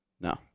No